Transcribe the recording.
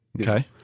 okay